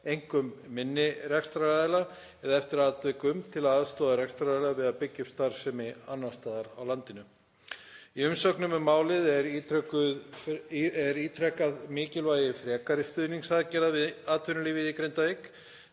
einkum minni rekstraraðila, eða eftir atvikum til að aðstoða rekstraraðila við að byggja upp starfsemi annars staðar á landinu. Í umsögnum um málið er ítrekað mikilvægi frekari stuðningsaðgerða við atvinnulífið í Grindavík.